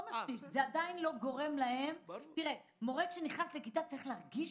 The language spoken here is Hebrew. כאשר מורה נכנס לכיתה הוא צריך להרגיש